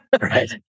Right